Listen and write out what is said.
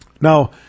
Now